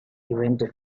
event